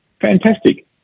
fantastic